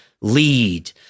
lead